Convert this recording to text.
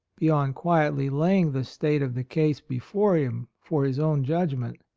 beyond quietly laying the state of the case before him for his own judgment.